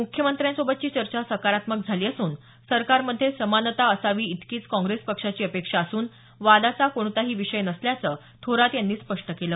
मुख्यमंत्र्यांसोबतची चर्चा सकारात्मक झाली असून सरकारमध्ये समानता असावी इतकीच काँग्रेस पक्षाची अपेक्षा असून वादाचा कोणताही विषय नसल्याचं थोरात यांनी स्पष्ट केलं